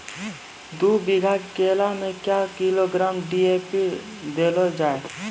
दू बीघा केला मैं क्या किलोग्राम डी.ए.पी देले जाय?